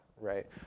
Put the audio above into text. right